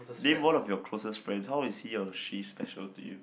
name one of your closest friend how is he or she special to you